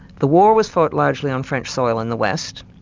the war was fought largely on french soil in the west?